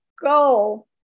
goal